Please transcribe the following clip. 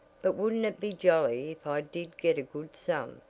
but wouldn't it be jolly if i did get a good sum,